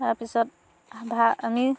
তাৰপিছত আধা আমি